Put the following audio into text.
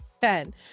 Ten